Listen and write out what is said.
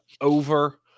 over